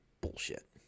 bullshit